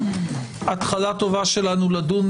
התחלה טובה שלנו לדון